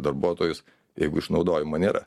darbuotojus jeigu išnaudojimo nėra